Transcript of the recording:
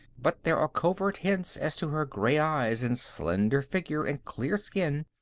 but there are covert hints as to her gray eyes and slender figure and clear skin,